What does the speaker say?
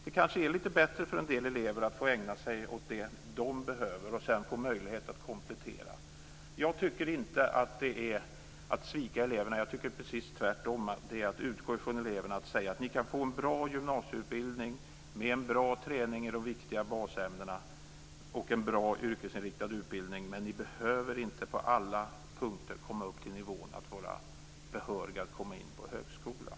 Det är kanske bättre för en del elever att få ägna sig åt det som de behöver och sedan få möjlighet att komplettera. Jag tycker inte att det är att svika eleverna, utan jag tycker precis tvärtom att det är att utgå från eleverna, att säga att de kan få en bra gymnasieutbildning, med en bra träning i de viktiga basämnena och en bra yrkesinriktad utbildning, men att de inte på alla punkter behöver komma upp till nivån att vara behörig att komma in på högskolan.